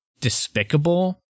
despicable